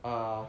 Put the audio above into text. err